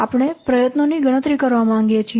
આપણે પ્રયત્નોની ગણતરી કરવા માંગીએ છીએ